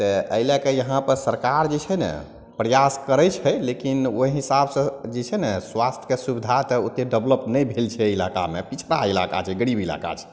तऽ एहि लैके इहाँपर सरकार जे छै ने प्रयास करै छै लेकिन ओहि हिसाबसे जे छै ने स्वास्थ्यके सुविधा तऽ ओतेक डेवलप नहि भेल छै एहि इलाकामे पिछड़ा इलाका छै गरीब इलाका छै